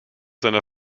seiner